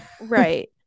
Right